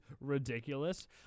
ridiculous